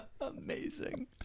Amazing